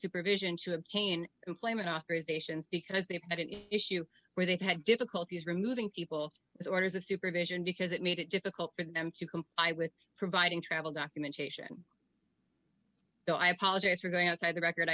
supervision to obtain employment authorization because they have had an issue where they've had difficulties removing people with orders of supervision because it made it difficult for them to comply with providing travel documentation so i apologize for going outside the record